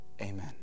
Amen